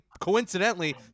coincidentally